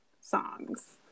songs